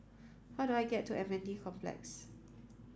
how do I get to M N D Complex